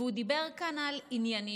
והוא דיבר על ענייניות.